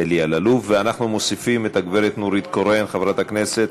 אנחנו מוסיפים את חברת הכנסת נורית קורן לפרוטקול.